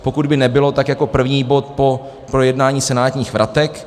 Pokud by nebylo, tak jako první bod po projednání senátních vratek.